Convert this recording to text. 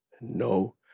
no